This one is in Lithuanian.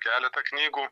keletą knygų